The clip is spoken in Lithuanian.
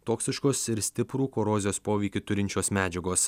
toksiškos ir stiprų korozijos poveikį turinčios medžiagos